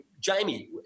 Jamie